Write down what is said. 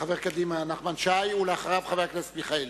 חבר קדימה נחמן שי, ואחריו, חבר הכנסת מיכאלי.